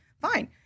Fine